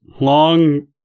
long